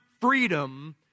freedom